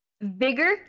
Vigor